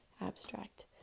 Abstract